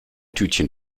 tütchen